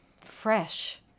fresh